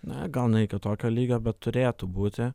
na gal ne iki tokio lygio bet turėtų būti